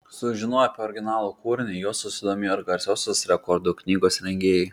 sužinoję apie originalų kūrinį juo susidomėjo ir garsiosios rekordų knygos rengėjai